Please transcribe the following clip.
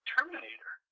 Terminator